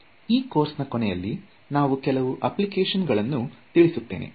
ಈ ಕೋರ್ಸ್ ನಾ ಕೊನೆಯಲ್ಲಿ ನಾನು ಕೆಲವು ಆಪ್ಲಿಕೇಶನ್ಸ್ ಗಳನ್ನು ತಿಳಿಸುತ್ತೇನೆ